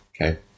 Okay